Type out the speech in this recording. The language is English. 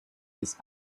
this